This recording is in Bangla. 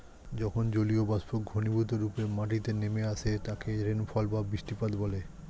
যখন জলীয়বাষ্প ঘনীভূতরূপে মাটিতে নেমে আসে তাকে রেনফল বা বৃষ্টিপাত বলে